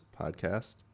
podcast